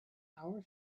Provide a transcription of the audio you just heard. our